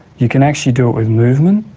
you can actually do it with movement,